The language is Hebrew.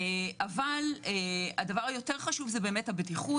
אבל הדבר היותר חשוב זה הבטיחות.